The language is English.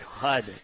God